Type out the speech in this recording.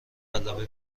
غلبه